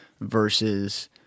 versus